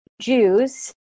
Jews